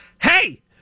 hey